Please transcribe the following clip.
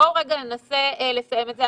בואו ננסה לסיים את זה.